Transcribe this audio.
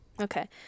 okay